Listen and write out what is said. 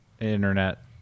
internet